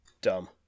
Dumb